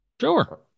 Sure